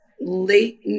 late